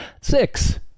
Six